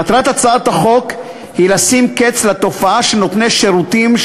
מטרת הצעת החוק היא לשים קץ לתופעה שנותני שירותים,